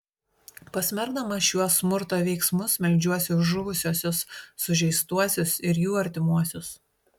pasmerkdamas šiuos smurto veiksmus meldžiuosi už žuvusiuosius sužeistuosius ir jų artimuosius